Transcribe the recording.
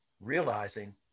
realizing